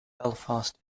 belfast